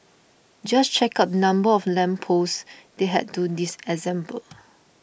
just check out number of lamp posts they had to disassemble